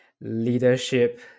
leadership